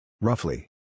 Roughly